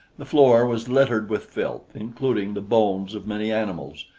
the floor was littered with filth, including the bones of many animals,